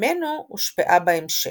ממנו הושפעה בהמשך.